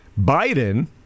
Biden